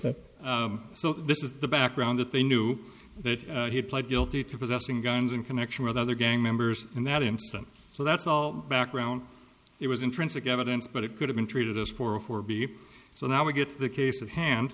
listen so this is the background that they knew that he pled guilty to possessing guns in connection with other gang members in that incident so that's all background it was intrinsic evidence but it could have been treated as for a for b so now we get to the case of hand